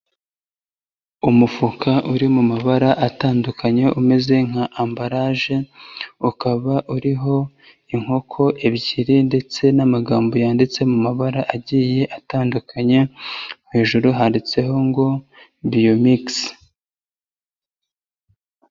Umufuka uri mu mabara atandukanye umeze nka ambaraje, ukaba uriho inkoko ebyiri ndetse n'amagambo yanditse mu mabara agiye atandukanya, hejuru handitseho ngo Biomix.